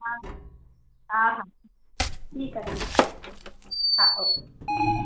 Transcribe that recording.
हा हा हा ठीकु आहे ठीकु आहे हा ओके